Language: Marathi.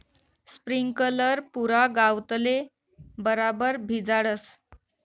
स्प्रिंकलर पुरा गावतले बराबर भिजाडस